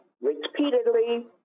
repeatedly